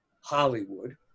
Hollywood